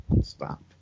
Stop